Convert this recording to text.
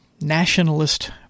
nationalist